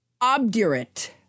Obdurate